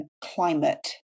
climate